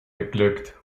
geglückt